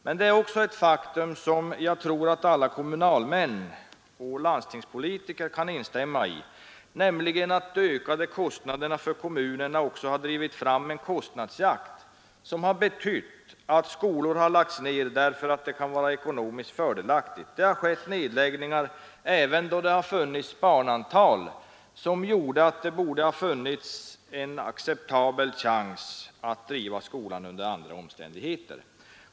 Men det är också ett faktum, som jag tror alla kommunalmän och landstingspolitiker kan instämma i, att de ökade kostnaderna för kommunerna också har drivit fram en kostnadsjakt som i många fall har betytt att skolor har lagts ner därför att det kan vara ekonomiskt fördelaktigt. Det har skett nedläggningar även då det har funnits ett barnantal som varit tillräckligt stort för att det kunde vara acceptabelt att driva en skola under andra omständigheter.